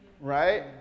Right